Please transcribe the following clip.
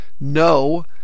no